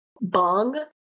Bong